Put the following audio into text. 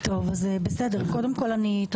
גיל, אתה